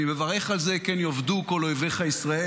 אני מברך על זה, כן יאבדו כל אויביך ישראל.